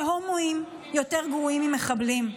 שהומואים יותר גרועים ממחבלים.